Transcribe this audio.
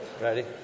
Ready